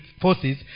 forces